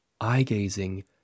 eye-gazing